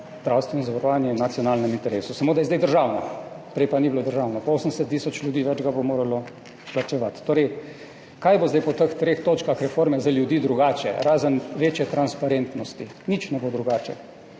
zdravstveno zavarovanje je v nacionalnem interesu, samo da je zdaj državno, prej pa ni bilo državno in 80 tisoč ljudi več ga bo moralo plačevati. Torej, kaj bo zdaj po teh treh točkah reforme za ljudi drugače, razen večje transparentnosti? Nič ne bo drugače.